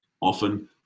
Often